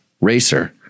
racer